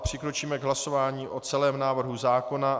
Přikročíme k hlasování o celém návrhu zákona.